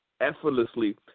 effortlessly